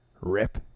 Rip